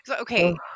Okay